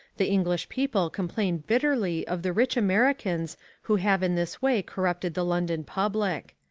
the english people complain bitterly of the rich americans who have in this way corrupted the london public.